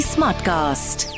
Smartcast